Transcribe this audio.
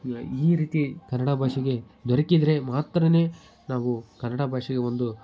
ಈ ರೀತಿ ಕನ್ನಡ ಭಾಷೆಗೆ ದೊರಕಿದರೆ ಮಾತ್ರವೇ ನಾವು ಕನ್ನಡ ಭಾಷೆಗೆ ಒಂದು